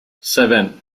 seven